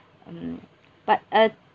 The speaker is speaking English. um but uh